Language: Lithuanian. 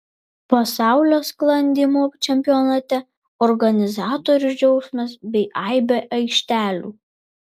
pasaulio sklandymo čempionate organizatorių džiaugsmas bei aibė aikštelių